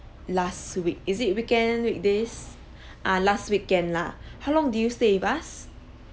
last week is it weekend weekdays ah last weekend can lah how long did you stay with us